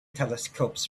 telescopes